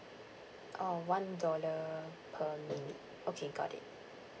oh one dollar per okay got it